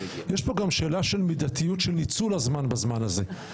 יש פה גם שאלה של מידתיות של ניצול הזמן בזמן הזה.